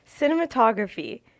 Cinematography